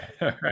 right